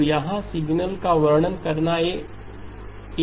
तो यहाँ सिग्नल का वर्णन करने का एक आम तरीका है